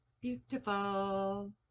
Beautiful